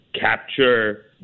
capture